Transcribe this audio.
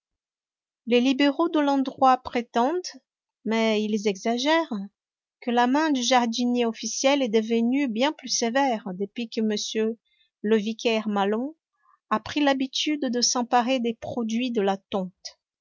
les libéraux de l'endroit prétendent mais ils exagèrent que la main du jardinier officiel est devenue bien plus sévère depuis que m le vicaire maslon a pris l'habitude de s'emparer des produits de la tonte